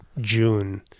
June